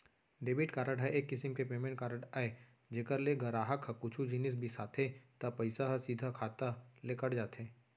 debit card ह एक किसम के पेमेंट कारड अय जेकर ले गराहक ह कुछु जिनिस बिसाथे त पइसा ह सीधा खाता ले कट जाथे